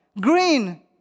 Green